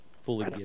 fully